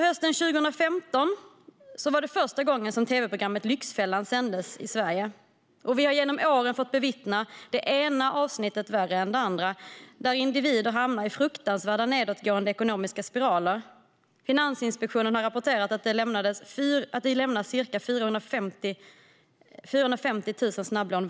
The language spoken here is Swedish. Hösten 2006 sändes tv-programmet Lyxfällan för första gången i Sverige. Vi har genom åren fått bevittna det ena avsnittet värre än det andra där individer hamnat i fruktansvärda nedåtgående ekonomiska spiraler. Finansinspektionen har rapporterat att det varje år lämnas ca 450 000 snabblån.